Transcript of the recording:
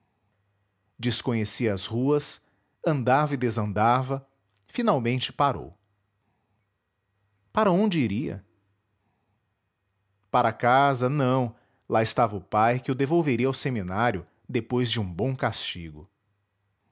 desconhecia as ruas andava e desandava finalmente parou para onde iria para casa não lá estava o pai que o devolveria ao seminário depois de um bom castigo